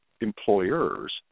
employers